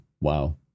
wow